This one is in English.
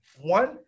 One